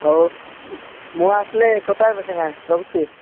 ହଉ ମୁଁ ଆସିଲେ ଏ କଥା ହେବି ସିନା ରଖୁଛି